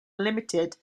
limited